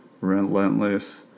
relentless